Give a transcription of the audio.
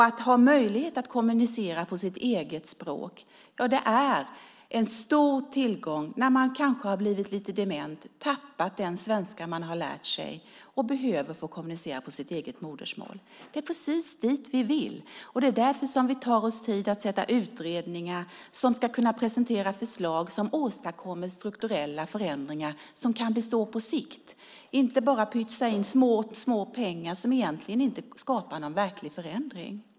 Att ha möjlighet att kommunicera på sitt eget språk är en stor tillgång när man har blivit lite dement, tappat den svenska som man har lärt sig och behöver få kommunicera på sitt eget modersmål. Det är precis dit vi vill. Det är därför som vi tar oss tid att tillsätta utredningar som ska kunna presentera förslag som åstadkommer strukturella förändringar som kan bestå på sikt, inte bara pytsa in små pengar som egentligen inte skapar någon verklig förändring.